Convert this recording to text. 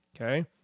Okay